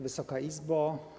Wysoka Izbo!